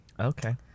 Okay